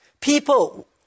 People